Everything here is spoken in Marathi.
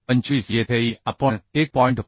25 येथे e आपण 1